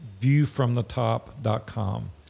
viewfromthetop.com